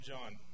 John